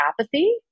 apathy